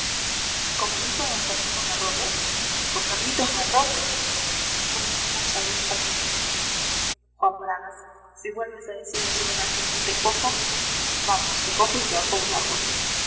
con el hijo de d fernando garrote con carlitos garrote murmuró monsalud palideciendo juan bragas si vuelves a decir eso delante de mí te cojo y vamos te cojo y te ahorco de un árbol